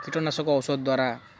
କୀଟନାଶକ ଔଷଧ ଦ୍ୱାରା